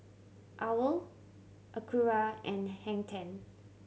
Owl Acura and Hang Ten